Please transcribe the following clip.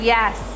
Yes